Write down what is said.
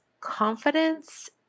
confidence